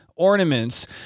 ornaments